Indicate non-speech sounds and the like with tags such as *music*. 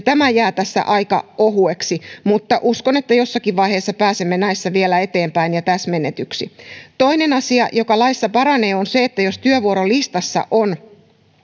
*unintelligible* tämä jää tässä aika ohueksi mutta uskon että jossakin vaiheessa pääsemme näissä vielä eteenpäin ja täsmennetyksi toinen asia joka laissa paranee on se että jos työvuorolistassa on